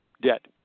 debt